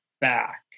back